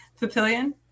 Papillion